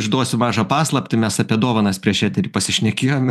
išduosiu mažą paslaptį mes apie dovanas prieš eterį pasišnekėjom